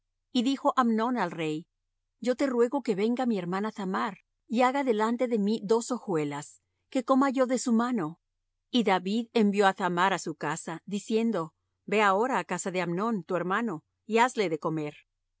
y dijo amnón al rey yo te ruego que venga mi hermana thamar y haga delante de mí dos hojuelas que coma yo de su mano y david envió á thamar á su casa diciendo ve ahora á casa de amnón tu hermano y hazle de comer